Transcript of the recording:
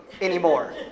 anymore